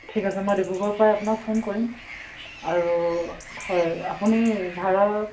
ঠিক আছে মই ডিব্ৰুগড়ৰপৰাই আপোনাক ফোন কৰিম আৰু হয় আপুনি ভাড়া